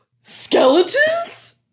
Skeletons